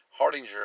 Hardinger